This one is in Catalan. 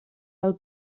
del